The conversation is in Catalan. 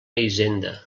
hisenda